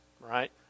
right